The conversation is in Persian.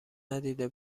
ندیده